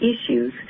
issues